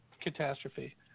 catastrophe